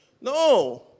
No